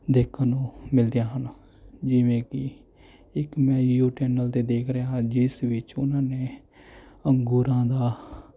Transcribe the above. ਦੇਖਣ ਨੂੰ ਮਿਲਦੀਆਂ ਹਨ ਜਿਵੇਂ ਕਿ ਇੱਕ ਮੈਂ ਯੂ ਚੈਨਲ 'ਤੇ ਦੇਖ ਰਿਹਾ ਹਾਂ ਜਿਸ ਵਿੱਚ ਉਹਨਾਂ ਨੇ ਅੰਗੂਰਾਂ ਦਾ